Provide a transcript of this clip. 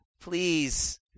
Please